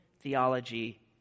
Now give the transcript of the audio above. theology